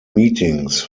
meetings